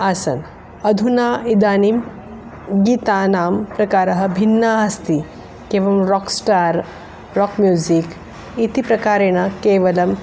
आसन् अधुना इदानीं गीतानां प्रकारः भिन्ना अस्ति किं राक् स्टार् राक् म्यूसिक् इति प्रकारेण केवलं